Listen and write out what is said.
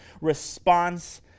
response